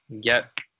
get